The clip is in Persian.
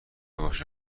باشه